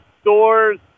stores